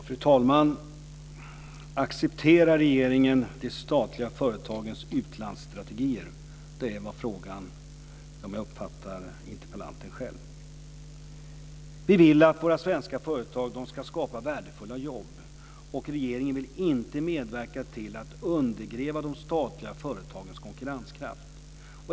Fru talman! Accepterar regeringen de statliga företagens utlandsstrategier? Det är vad frågan gäller, såsom jag uppfattar interpellanten. Vi vill att våra svenska företag ska skapa värdefulla jobb. Regeringen vill inte medverka till att undergräva de statliga företagens konkurrenskraft.